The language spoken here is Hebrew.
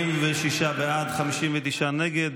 46 בעד, 60 נגד.